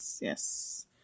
Yes